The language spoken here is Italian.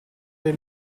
dei